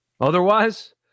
Otherwise